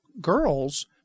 girls